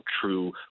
true